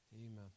Amen